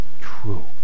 true